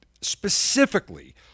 specifically